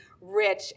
rich